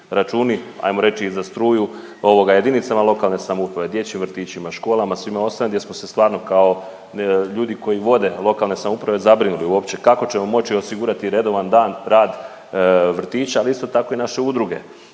računi ajmo reći i za struju ovoga jedinicama lokalne samouprave, dječjim vrtićima, škola, svima ostalima gdje smo se stvarno kao ljudi koji vode lokalne samouprave zabrinuli uopće kako ćemo moći osigurati redovan dan, rad vrtića ali isto tako i naše udruge